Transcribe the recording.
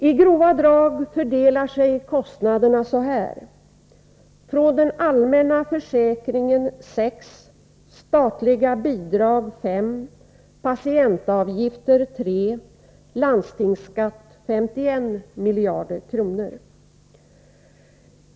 I grova drag fördelar sig kostnaderna så här: från den allmänna försäkringen 6 miljarder, statliga bidrag 5 miljarder, patientavgifter 3 miljarder, landstingsskatt 51 miljarder kronor.